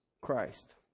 Christ